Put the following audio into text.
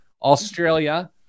australia